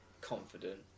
confident